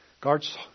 God's